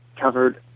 covered